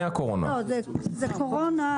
לא, זה קורונה.